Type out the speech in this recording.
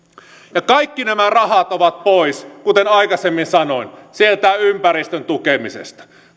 kaikki nämä rahat ovat pois kuten aikaisemmin sanoin sieltä ympäristön tukemisesta